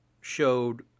showed